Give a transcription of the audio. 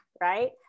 right